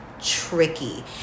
tricky